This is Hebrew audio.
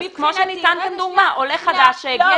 כמו הדוגמה שניתנה כאן של עולה חדש שהגיע